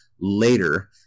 later